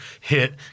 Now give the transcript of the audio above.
hit